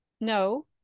No